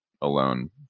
alone